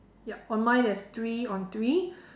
yup on mine there's three on three